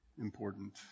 important